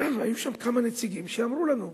והיו שם כמה נציגים שאמרו לנו: